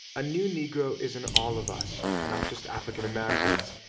a new negro is in all of us, not just african americans,